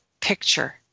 picture